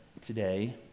today